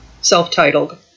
self-titled